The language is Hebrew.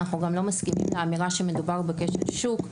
אנחנו גם לא מסכימים לאמירה שמדובר בכשל שוק,